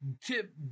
tip